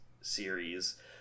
series